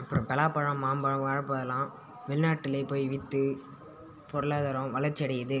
அப்புறம் பலாப்பழம் மாம்பழம் வாழைப்பழம் எல்லாம் வெளிநாட்டில் போய் விற்று பொருளாதாரம் வளர்ச்சி அடையுது